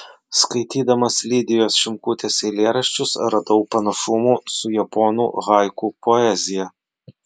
skaitydamas lidijos šimkutės eilėraščius radau panašumų su japonų haiku poezija